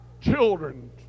Children